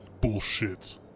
Bullshit